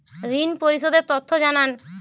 ঋন পরিশোধ এর তথ্য জানান